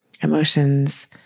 emotions